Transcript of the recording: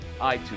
iTunes